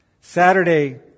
Saturday